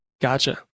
Gotcha